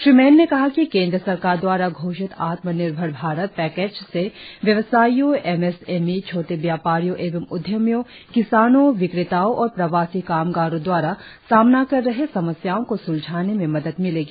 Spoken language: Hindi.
श्री मेन ने कहा कि केंद्र सरकार द्वारा घोषित आत्मनिर्भर भारत पैकेज से व्यवासायियों एम एस एम ई छोटे व्यापारियों एवं उद्यमियों किसानों सड़क विक्रेताओ और प्रवासी कामगारों द्वारा सामना कर रहे समस्याओं को सुलझने में मदद मिलेगी